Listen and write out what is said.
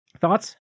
Thoughts